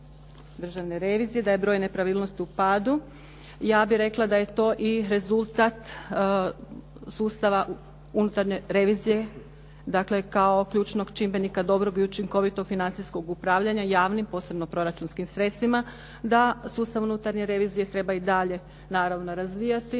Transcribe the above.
Državne revizije da je broj nepravilnosti u padu. Ja bih rekla da je to i rezultat sustava unutarnje revizije, dakle kao ključnog čimbenika dobrog i učinkovitog financijskog upravljanja javnim posebno proračunskim sredstvima, da sustav unutarnje revizije treba i dalje naravno razvijati